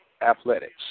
athletics